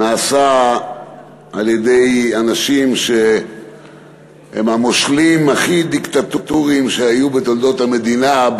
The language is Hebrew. נעשה על-ידי אנשים שהם המושלים הכי דיקטטוריים שהיו בתולדות המדינה,